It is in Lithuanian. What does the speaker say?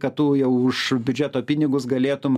kad tu jau už biudžeto pinigus galėtum